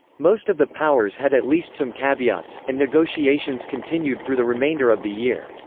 most of the powers had at least some caveats, and negotiations continued through the remainder of the year.